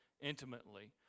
intimately